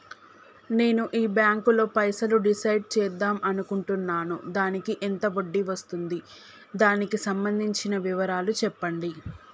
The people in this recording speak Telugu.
నేను ఈ బ్యాంకులో పైసలు డిసైడ్ చేద్దాం అనుకుంటున్నాను దానికి ఎంత వడ్డీ వస్తుంది దానికి సంబంధించిన వివరాలు చెప్పండి?